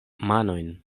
manojn